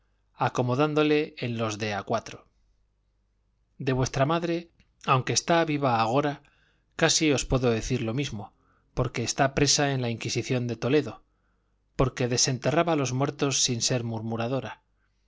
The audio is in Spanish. acomodándole en los de a cuatro de vuestra madre aunque está viva agora casi os puedo decir lo mismo porque está presa en la inquisición de toledo porque desenterraba los muertos sin ser